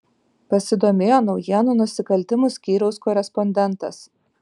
pasidomėjo naujienų nusikaltimų skyriaus korespondentas